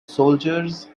soldiers